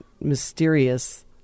mysterious